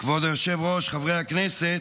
כבוד היושב-ראש, חברי הכנסת,